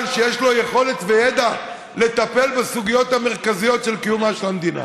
אבל שיש לו יכולת וידע לטפל בסוגיות המרכזיות של קיומה של המדינה.